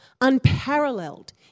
unparalleled